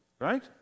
right